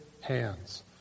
hands